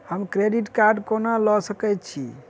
हम credit card कोना लऽ सकै छी?